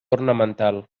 ornamental